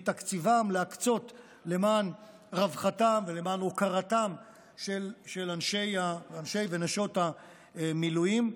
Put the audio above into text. להקצות למען רווחתם ולמען הוקרתם של אנשי ונשות המילואים.